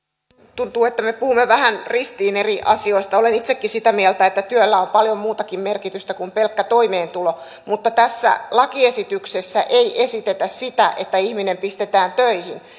tuntuu että me puhumme vähän ristiin eri asioista olen itsekin sitä mieltä että työllä on paljon muutakin merkitystä kuin pelkkä toimeentulo mutta tässä lakiesityksessä ei esitetä sitä että ihminen pistetään töihin